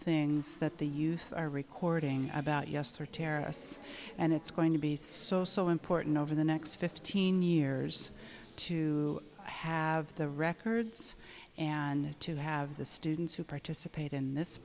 things that the youth are recording about yes or terrorists and it's going to be so important over the next fifteen years to have the records and to have the students who participate in this